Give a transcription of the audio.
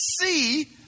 see